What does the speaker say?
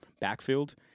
backfield